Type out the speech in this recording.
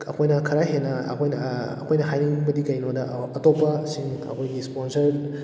ꯑꯩꯈꯣꯏꯅ ꯈꯔ ꯍꯦꯟꯅ ꯑꯩꯈꯣꯏꯅ ꯑꯩꯈꯣꯏꯅ ꯍꯥꯏꯅꯤꯡꯕꯗꯤ ꯀꯔꯤꯅꯣꯗ ꯑꯇꯣꯞꯄꯁꯤꯡ ꯑꯩꯈꯣꯏꯒꯤ ꯏꯁꯄꯣꯟꯁꯔ